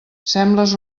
sembles